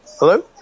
Hello